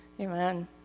amen